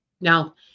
Now